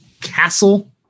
castle